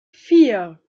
vier